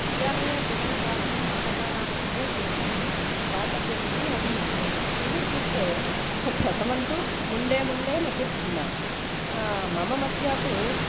विद्यालये प्रवेशार्थं बालकानां कृते शुल्कं दातव्यम् इति अहं मन्ये किमित्युक्ते प्रथमं तु मुण्डे मुण्डे मतिर्भिन्ना मम मत्या तु